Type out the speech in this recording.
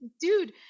dude